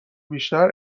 بیشتر